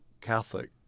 Catholic